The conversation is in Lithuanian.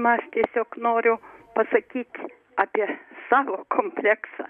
aš tiesiog noriu pasakyti apie savo kompleksą